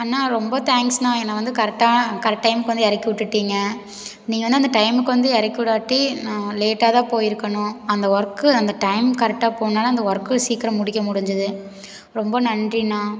அண்ணா ரொம்ப தேங்க்ஸ்ண்ணா என்னை வந்து கரெக்டான கரெக்ட் டைமுக்கு வந்து இறக்கிவுட்டுட்டீங்க நீங்கள் வந்து அந்த டைமுக்கு வந்து இறக்கிவிடாட்டி நான் லேட்டாக தான் போயிருக்கணும் அந்த ஒர்க் அந்த டைம் கரெக்டாக போனாலும் அந்த ஒர்க் சீக்கிரம் முடிக்க முடிஞ்சது ரொம்ப நன்றிண்ணா